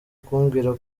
kumbwira